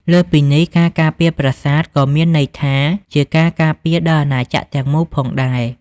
លើសពីនេះ ការការពារប្រាសាទក៏មានន័យថាជាការការពារដល់អាណាចក្រទាំងមូលផងដែរ។